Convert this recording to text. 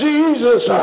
Jesus